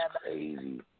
crazy